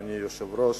אדוני היושב-ראש,